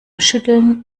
schütteln